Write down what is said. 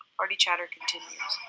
party chatter continues